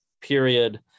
period